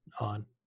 on